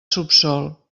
subsòl